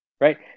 right